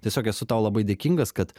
tiesiog esu tau labai dėkingas kad